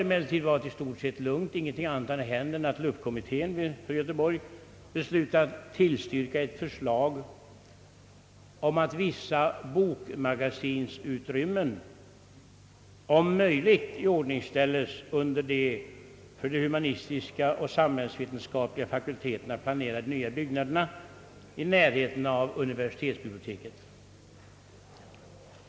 Sedan dess har det i stort sett varit lugnt. Ingenting annat har hänt än att LUP-kommittén för Göteborg beslutat tillstyrka ett förslag om att vissa bokmagasinsutrymmen om möjligt iordningställes under de för de humanistiska och samhällsvetenskapliga fakulteterna planerade nya byggnaderna i närheten av universitetsbiblioteket.